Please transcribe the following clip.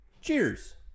Cheers